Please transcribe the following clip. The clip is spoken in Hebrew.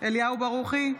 אליהו ברוכי,